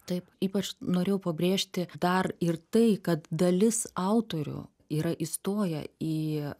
taip ypač norėjau pabrėžti dar ir tai kad dalis autorių yra įstoję į